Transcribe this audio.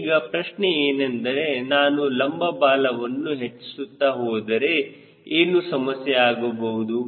ಈಗ ಪ್ರಶ್ನೆ ಏನೆಂದರೆ ನಾನು ಲಂಬ ಬಾಲವನ್ನು ಹೆಚ್ಚಿಸುತ್ತಾ ಹೋದರೆ ಏನು ಸಮಸ್ಯೆ ಆಗಬಹುದು